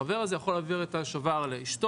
החבר הזה יכול להעביר את השובר לאשתו,